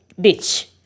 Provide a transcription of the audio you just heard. ditch